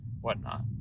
whatnot